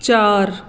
ਚਾਰ